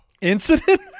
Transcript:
Incident